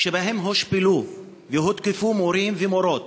שבהם הושפלו והותקפו מורים ומורות,